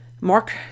Mark